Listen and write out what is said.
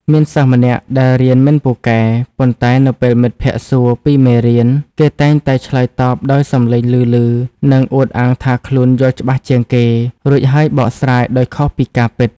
មានសិស្សម្នាក់ដែលរៀនមិនពូកែ ប៉ុន្តែនៅពេលមិត្តភក្ដិសួរពីមេរៀន គេតែងតែឆ្លើយតបដោយសំឡេងឮៗ និងអួតអាងថាខ្លួនយល់ច្បាស់ជាងគេ រួចហើយបកស្រាយដោយខុសពីការពិត។